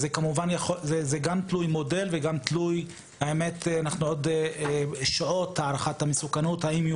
זה גם תלוי מודל --- שעות האם גבר